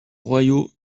royaux